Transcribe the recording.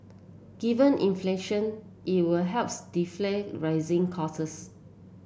given inflation it will helps defray rising